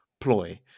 ploy